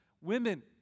Women